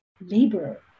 labor